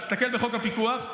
תסתכל בחוק הפיקוח.